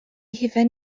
hufen